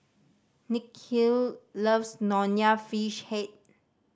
Nikhil loves Nonya Fish Head